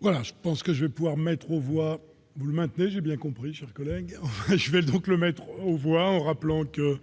Voilà, je pense que je vais pouvoir mettre aux voix, maintenant j'ai bien compris, chers collègues, je vais donc le mettre aux voix, en rappelant que